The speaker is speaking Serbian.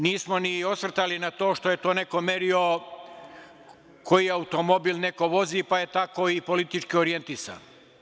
Čak se nismo ni osvrtali na to što je neko merio koji automobil neko vozi pa je tako i politički orijentisan.